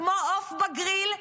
כמו עוף בגריל,